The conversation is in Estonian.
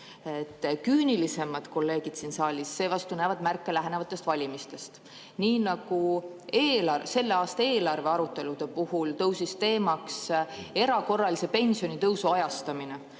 Küünilisemad kolleegid siin saalis seevastu näevad märke lähenevatest valimistest. Näiteks selle aasta eelarve aruteludel tõusis teemaks erakorralise pensionitõusu ajastamine.